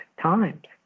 times